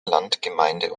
landgemeinde